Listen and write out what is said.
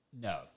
no